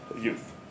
youth